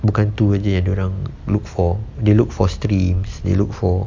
bukan tu jer yang dia orang look for they look for streams they look for